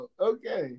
Okay